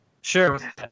Sure